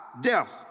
death